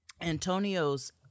Antonio's